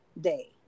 day